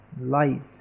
light